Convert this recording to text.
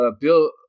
Bill